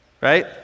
right